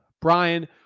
Brian